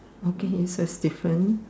okay so is different